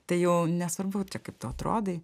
tai jau nesvarbu čia kaip tu atrodai